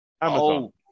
Amazon